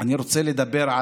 אני רוצה לדבר,